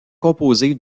composée